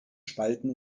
spalten